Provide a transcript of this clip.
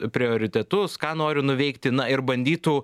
prioritetus ką noriu nuveikti na ir bandytų